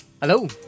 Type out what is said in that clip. Hello